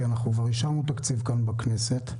כבר אישרנו תקציב כאן בכנסת,